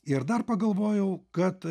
ir dar pagalvojau kad